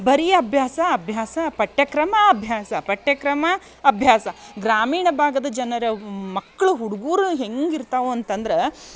ಬರೀ ಅಭ್ಯಾಸ ಅಭ್ಯಾಸ ಪಠ್ಯಕ್ರಮ ಅಭ್ಯಾಸ ಪಠ್ಯಕ್ರಮ ಅಭ್ಯಾಸ ಗ್ರಾಮೀಣ ಭಾಗದ ಜನರ ಮಕ್ಕಳು ಹುಡ್ಗರು ಹೆಂಗೆ ಇರ್ತವೆ ಅಂತಂದ್ರೆ